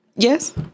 Yes